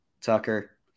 Tucker